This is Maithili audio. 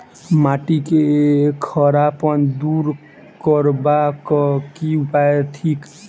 माटि केँ खड़ापन दूर करबाक की उपाय थिक?